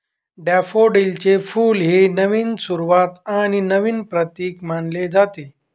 डॅफोडिलचे फुल हे नवीन सुरुवात आणि नवीन प्रतीक मानले जाते